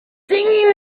singing